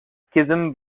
schism